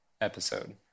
episode